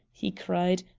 he cried.